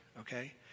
okay